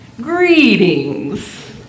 Greetings